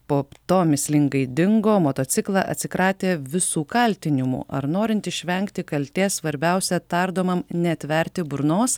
po to mįslingai dingo motociklą atsikratė visų kaltinimų ar norint išvengti kaltės svarbiausia tardomam neatverti burnos